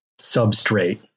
substrate